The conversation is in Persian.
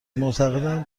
معتقدم